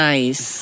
Nice